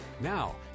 Now